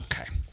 Okay